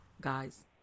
guys